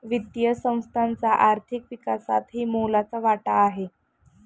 वित्तीय संस्थांचा आर्थिक विकासातही मोलाचा वाटा आहे